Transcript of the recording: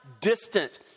distant